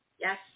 yes